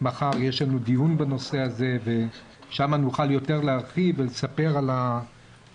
מחר יש לנו דיון בנושא הזה ושם נוכל יותר להרחיב ולספר על הרצון